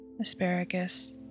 asparagus